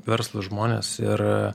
verslūs žmonės ir